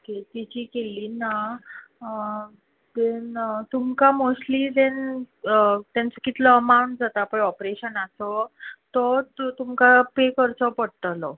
okay तिची केल्ली ना दॅन तुमकां मोस्टली दॅन तेंचो कितलो अमांउट जाता पळय ऑप्रेशनाचो तो तुमकां पे करचो पडटलो